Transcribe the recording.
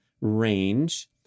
range